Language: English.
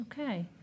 Okay